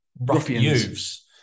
ruffians